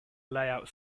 layout